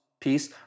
piece